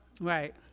right